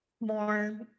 more